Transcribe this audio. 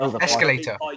escalator